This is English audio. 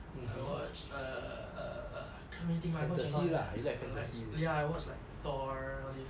I watch uh can't really think ah I watch a lot eh ya I watch like thor all these like